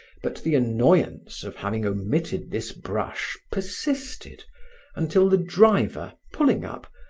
but the annoyance of having omitted this brush persisted until the driver, pulling up,